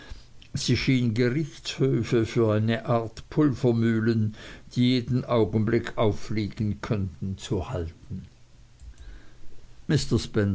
sie schien gerichtshöfe für eine art pulvermühlen die jeden augenblick auffliegen könnten zu halten